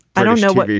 i don't know what.